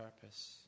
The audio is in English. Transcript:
purpose